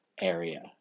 area